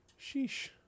Sheesh